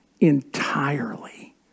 entirely